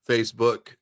Facebook